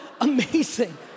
amazing